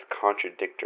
contradictory